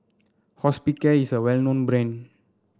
Hospicare is a well known brand